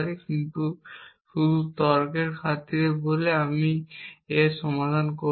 কিন্তু শুধু তর্কের খাতিরে বলে রাখি আমরা এর সমাধান করব